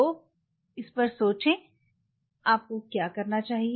तो इस पर सोचें आपको क्या चाहिए